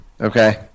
okay